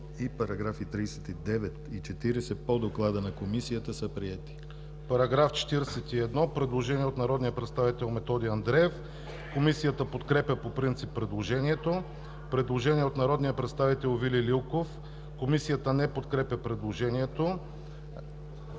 и параграфи 39 и 40 по доклада на Комисията са приети. ДОКЛАДЧИК ДОБРОМИР ПРОДАНОВ: По § 41 – предложение от народния представител Методи Андреев. Комисията подкрепя по принцип предложението. Предложение от народния представител Вили Лилков. Комисията не подкрепя предложението.